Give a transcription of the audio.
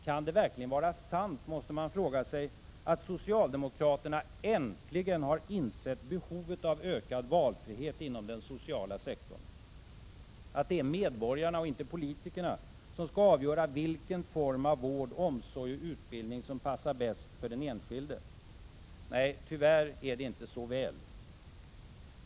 Kan det verkligen vara sant, måste man fråga sig, att socialdemokraterna äntligen har insett behovet av ökad valfrihet inom den sociala sektorn, att det är medborgarna — och inte politikerna — som skall avgöra vilken form av vård, omsorg och utbildning som passar den enskilde bäst? Nej, tyvärr är det inte så väl.